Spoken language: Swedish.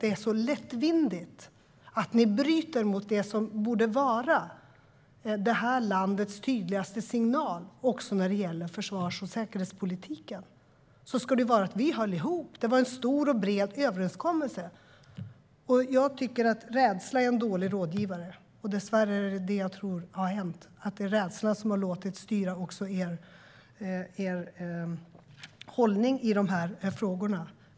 Det är så lättvindigt att bryta mot det som borde vara det här landets tydligaste signal också när det gäller försvars och säkerhetspolitiken. Det var en stor och bred överenskommelse och vi skulle hålla ihop om den. Jag tycker att rädsla är en dålig rådgivare. Dessvärre tror jag att det är rädsla som har låtit styra er hållning i dessa frågor.